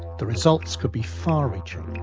the results could be far-reaching